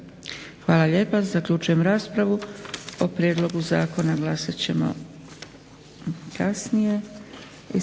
Hvala lijepa. Zaključujem raspravu. O prijedlogu zakona glasat ćemo kasnije.